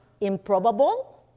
improbable